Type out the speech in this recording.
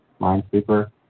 Minesweeper